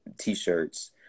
T-shirts